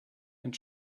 and